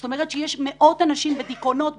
זאת אומרת, יש מאות אנשים בדיכאונות ובחרדות,